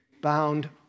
bound